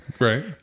right